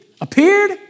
Appeared